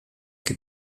que